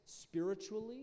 spiritually